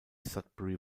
sudbury